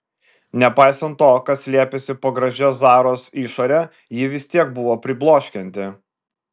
nepaisant to kas slėpėsi po gražia zaros išore ji vis tiek buvo pribloškianti